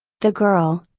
the girl,